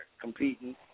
competing